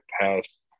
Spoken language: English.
past